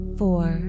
four